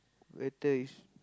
better is